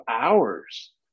hours